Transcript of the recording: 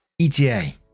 eta